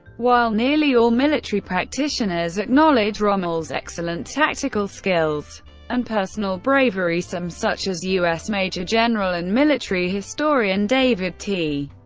while nearly all military practitioners practitioners acknowledge rommel's excellent tactical skills and personal bravery, some, such as u s. major general and military historian david t.